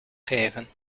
geven